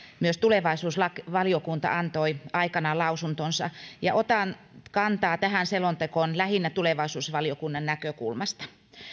myös tulevaisuusvaliokunta antoi aikanaan lausuntonsa otan kantaa tähän selontekoon lähinnä tulevaisuusvaliokunnan näkökulmasta